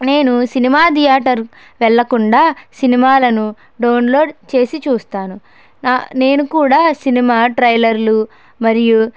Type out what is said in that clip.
నేను cinema theatre వెళ్ళ కుండా సినిమాలను డౌన్లోడ్ చేసి చూస్తాను నేను కూడా సినిమా ట్రైలర్లు మరియు